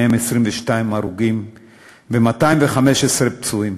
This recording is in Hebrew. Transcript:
מהם 22 הרוגים ו-215 פצועים,